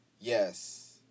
Yes